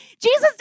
Jesus